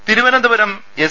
ടെട തിരുവനന്തപുരം എസ്